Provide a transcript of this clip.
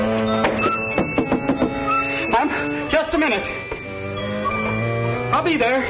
i'm just a minute i'll be there